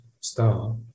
star